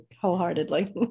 wholeheartedly